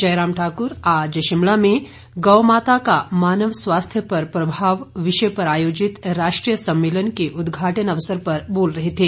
जयराम ठाकुर आज शिमला में गौ माता का मानव स्वास्थ्य पर प्रभाव विषय पर आयोजित राष्ट्रीय सम्मेलन के उद्घाटन अवसर पर बोल रहे थे